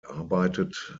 arbeitet